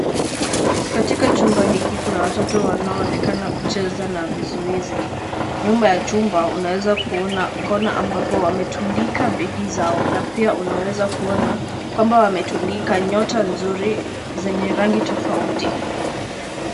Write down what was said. Katika chumba hiki kuna watoto wanaoonekana kucheza na vizuizi. Nyuma ya chuma unaweza kuona kona ambapo wametundika begi zao na pia unaweza kuona kwamba wametundika nyota nzuri zenye rangi tofauti